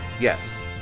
Yes